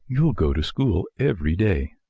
you'll go to school every day.